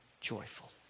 joyful